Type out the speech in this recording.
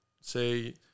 say